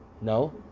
No